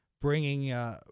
bringing